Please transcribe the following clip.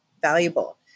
valuable